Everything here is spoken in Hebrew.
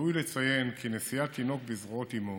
ראוי לציין כי נסיעת תינוק בזרועות אימו